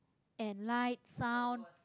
and light sound